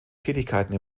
tätigkeiten